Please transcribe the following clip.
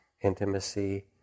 intimacy